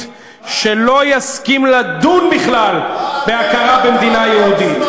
שלא יסכים לדון בכלל בהכרה במדינה יהודית.